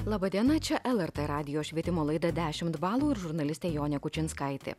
laba diena čia lrt radijo švietimo laida dešimt balų ir žurnalistė jonė kučinskaitė